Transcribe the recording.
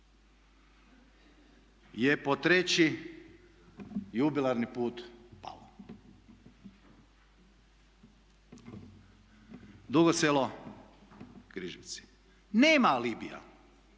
je po treći, jubilarni put palo. Dugo Selo-Križevci, nema alibija,